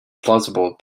plausible